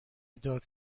داد